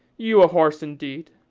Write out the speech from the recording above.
you a horse indeed!